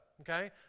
okay